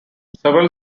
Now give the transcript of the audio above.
several